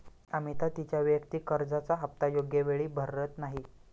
अमिता तिच्या वैयक्तिक कर्जाचा हप्ता योग्य वेळी भरत नाही